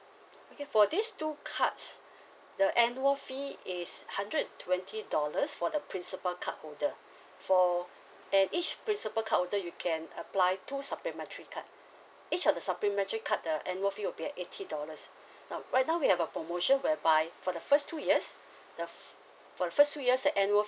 okay for these two cards the annual fee is hundred and twenty dollars for the principal card holder for and each principal card holder you can apply two supplementary card each of the supplementary card the annual fee will be at eighty dollars now right now we have a promotion whereby for the first two years the fee for the first two years the annual